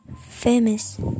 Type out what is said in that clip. famous